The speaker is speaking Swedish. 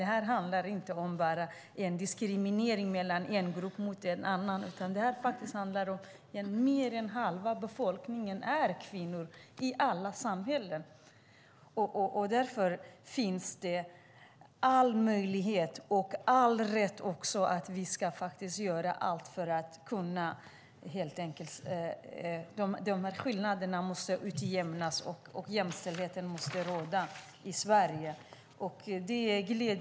Det här handlar inte bara om diskriminering av en grupp jämfört med en annan. Mer än halva befolkningen är kvinnor i alla samhällen. Därför har vi all möjlighet och all rätt att göra allt för att dessa skillnader ska utjämnas. Jämställdheten måste råda i Sverige.